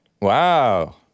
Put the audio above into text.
wow